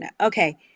Okay